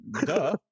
duh